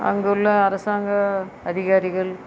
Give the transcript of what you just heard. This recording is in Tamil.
அங்குள்ள அரசாங்க அதிகாரிகள்